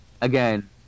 Again